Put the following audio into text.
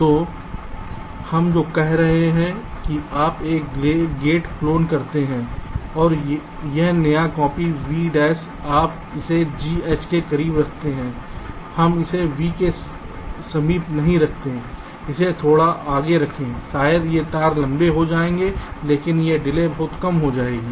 तो हम जो कह रहे हैं कि आप एक गेट क्लोन करते हैं और यह नया कॉपी v डैश आप इसे g h के करीब रखते हैं हम इसे v के समीप नहीं रखते हैं इसे थोड़ा आगे रखें शायद ये तार लंबे हो जाएंगे लेकिन यह डिले बहुत कम हो जाएगी